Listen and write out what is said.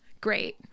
Great